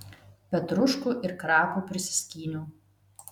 petruškų ir krapų prisiskyniau